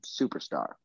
superstar